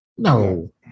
No